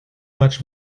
much